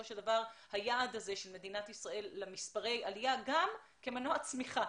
של דבר היעד הזה של מדינת ישראל למספרי עלייה גם כמנוע צמיחה,